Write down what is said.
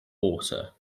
water